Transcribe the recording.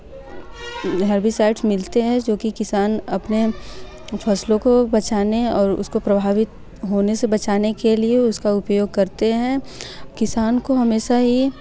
herbicides मिलते हैं जो कि किसान अपने फसलों को बचाने और उसको प्रभावित होने से बचाने के लिए उसका उपयोग करते हैं किसान को हमेशा ही